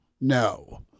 No